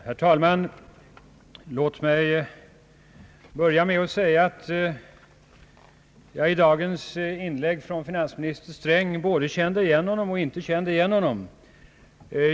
Herr talman! Låt mig börja med att säga att jag i dagens inlägg av finansminister Sträng både kände igen honom och inte kände igen honom.